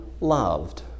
loved